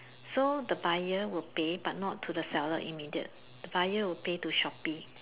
so the buyer will pay but not to the seller immediate buyer will pay to Shopee